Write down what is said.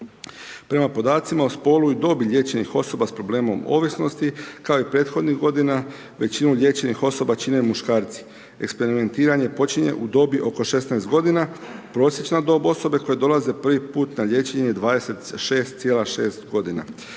Prema podacima o spolu i dobi liječenih osoba s problemom ovisnosti kao i prethodnih godina, većinu liječenih osoba čine muškarci. Eksperimentiranje počinje u dobi oko 16 g., prosječna dob osobe koja dolaze prvi put na liječenje, 26,6 g.